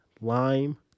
Lime